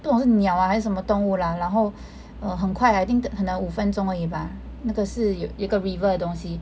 不懂是鸟啊还是什么动物啦然后 err 很快 I think 可能五分钟而已那个是有一个 river 的东西